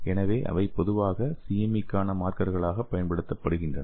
எனவே அவை பொதுவாக CME க்கான மார்க்கர்களாகப் பயன்படுத்தப்படுகின்றன